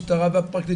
דרך המשטרה והפרקליטות,